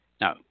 Now